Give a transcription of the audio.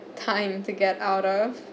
time to get out of